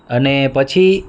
અને પછી